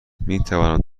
میتوانم